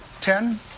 ten